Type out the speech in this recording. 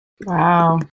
Wow